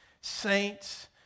saints